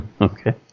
Okay